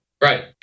Right